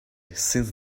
since